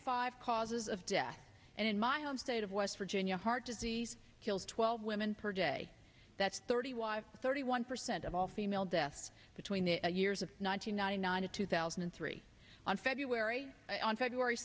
five causes of death and in my home state of west virginia heart disease kills twelve women per day that's thirty one thirty one percent of all female death between the years of nine hundred ninety nine to two thousand and three on feb on feb